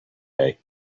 day